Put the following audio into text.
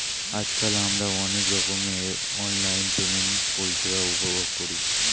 আজকাল আমরা অনেক রকমের অনলাইন পেমেন্ট পরিষেবা উপভোগ করি